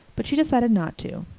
but she decided not to.